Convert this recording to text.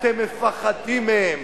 אתם מפחדים מהם.